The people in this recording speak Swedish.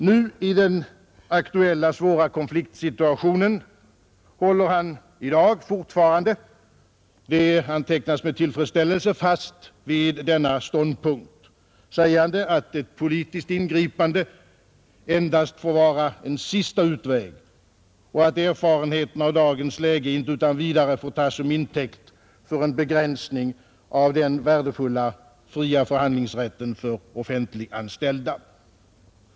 Nu i den aktuella svåra konfliktsituationen håller han fortfarande — det antecknas med tillfredsställelse — fast vid denna ståndpunkt, sägande att ett politiskt ingripande endast får vara en sista utväg och att erfarenheterna av dagens läge inte utan vidare får tas till intäkt för en begränsning av den värdefulla fria förhandlingsrätten för offentliganställda.